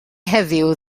heddiw